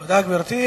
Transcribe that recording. תודה, גברתי.